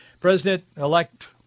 President-elect